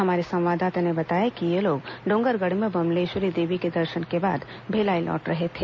हमारे संवाददाता ने बताया है कि ये लोग डोंगरगढ़ में बम्लेश्वरी देवी के दर्शन के बाद भिलाई लौट रहे थे